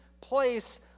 place